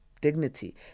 dignity